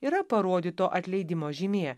yra parodyto atleidimo žymė